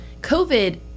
COVID